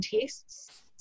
tests